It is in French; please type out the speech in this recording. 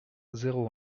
zéro